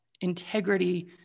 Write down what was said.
integrity